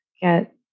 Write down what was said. get